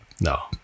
No